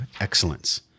excellence